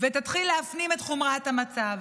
והתחל להפנים את חומרת המצב.